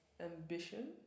ambition